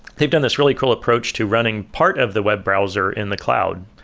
they've done this really cool approach to running part of the web browser in the cloud.